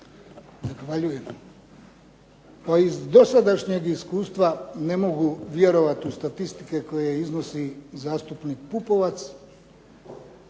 Zahvaljujem. Pa iz dosadašnjeg iskustva ne mogu vjerovati u statistike koje iznosi zastupnik Pupovac.